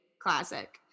classic